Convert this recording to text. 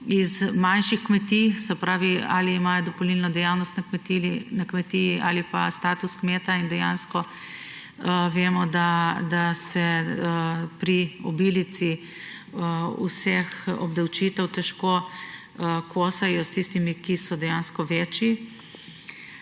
z manjših kmetij – se pravi, ali imajo dopolnilno dejavnost na kmetiji ali pa status kmeta – in dejansko vemo, da se pri obilici vseh obdavčitev težko kosajo s tistimi, ki so dejansko večji.